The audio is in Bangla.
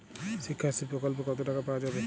শিক্ষাশ্রী প্রকল্পে কতো টাকা পাওয়া যাবে?